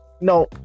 No